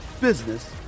business